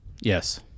Yes